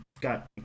got